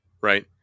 right